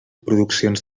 produccions